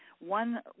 One